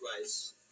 Rice